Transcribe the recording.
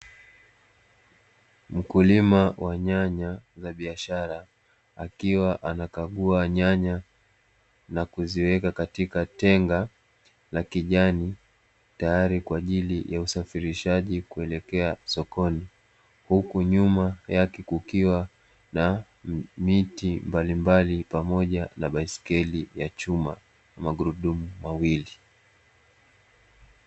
Mkulima wa nyanya za biashara, akiwa anakagua nyanya na kuziweka katika tenga la kijani, tayari kwa ajili ya usafirishaji kuelekea sokoni, huku nyuma yake kukiwa na miti mbalimbali pamoja na baskeli ya chuma ya magurudumu mawili.